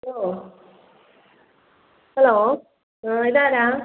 hello hello ആ ഇതാരാ